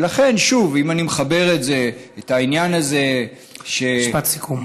לכן, שוב, אם אני מחבר את העניין הזה, משפט סיכום.